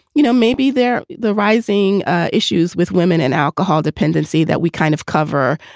you know, maybe they're the rising issues with women and alcohol dependency that we kind of cover,